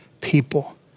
people